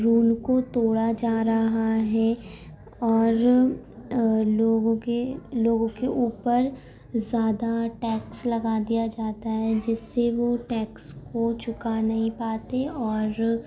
role کو توڑا جا رہا ہے اور لوگوں کے لوگوں کے اوپر زیادہ ٹیکس لگا دیا جاتا ہے جس سے وہ ٹیکس کو چکا نہیں پاتے اور